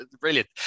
Brilliant